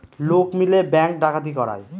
লোক মিলে ব্যাঙ্ক ডাকাতি করায়